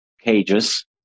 cages